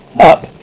Up